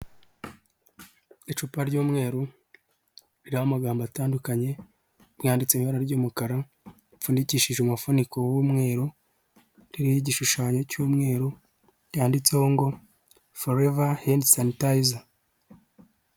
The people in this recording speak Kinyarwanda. Icupa ry'umweru, ririho amagambo atandukanye, amwe yanditse mu ibara ry'umukara, rimfudikishije umufuniko w'umweru, ririho igishushanyo cy'umweru, cyanditseho ngo:" Foreva hendi sanitayiza."